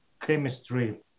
chemistry